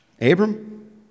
Abram